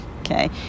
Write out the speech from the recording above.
Okay